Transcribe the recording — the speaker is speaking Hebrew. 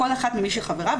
לכל אחת ממי שחברה,